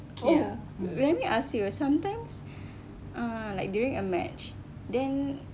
oh let me ask you sometimes uh like during a match then